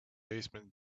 baseman